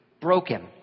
broken